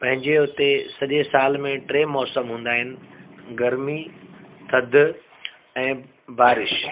पंहिंजे उते सॼे साल में टे मौसम हूंदा आहिनि गरमी थधि ऐं बारिश